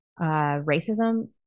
racism